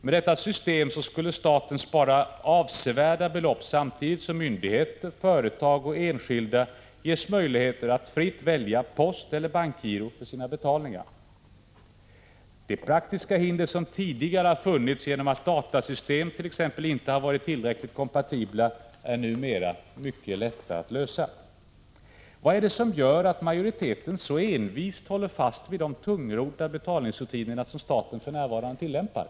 Med detta system skulle staten spara avsevärda belopp samtidigt som myndigheter, företag och enskilda gavs möjlighet att fritt välja posteller bankgiro för sina betalningar. De praktiska hinder som tidigare har funnits genom attt.ex. datasystemen inte har varit tillräckligt kompatibla är numera mycket lätta att lösa. Vad är det som gör att majoriteten så envist håller fast vid de tungrodda betalningsrutiner som staten för närvarande tillämpar?